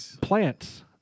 plants